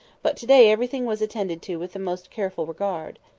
but to-day everything was attended to with the most careful regard.